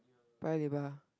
Paya-Lebar